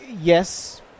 yes